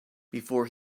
before